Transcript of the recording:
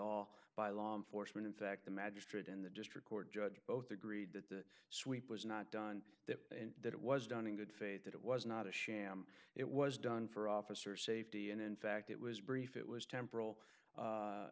all by law enforcement in fact the magistrate and the district court judge both agreed that the sweep was not done that and that it was done in good faith that it was not a sham it was done for officer safety and in fact it was brief it was temp